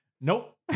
Nope